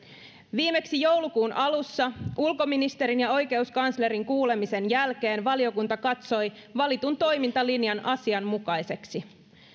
viimeksi joulukuun alussa ulkoministerin ja oikeuskanslerin kuulemisen jälkeen valiokunta katsoi valitun toimintalinjan asianmukaiseksi